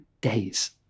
days